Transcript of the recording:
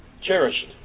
Cherished